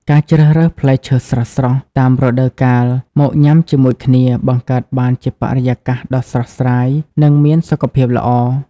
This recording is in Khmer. ការជ្រើសរើសផ្លែឈើស្រស់ៗតាមរដូវកាលមកញ៉ាំជាមួយគ្នា បង្កើតបានជាបរិយាកាសដ៏ស្រស់ស្រាយ និងមានសុខភាពល្អ។